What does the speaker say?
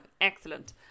excellent